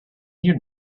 here